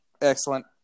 Excellent